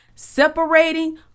Separating